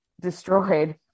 destroyed